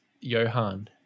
Johan